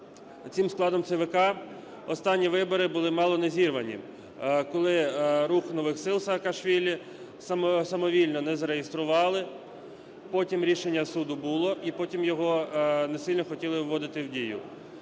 цим складом ЦВК останні вибори були мало не зірвані, коли "Рух нових сил" Саакашвілі самовільно не зареєстрували. Потім рішення суду було і потім його не сильно хотіли вводити в дію.